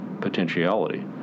potentiality